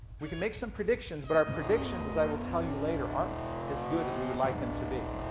we can make some predictions, but our predictions, as i will tell you later, aren't as good as we would like them to be.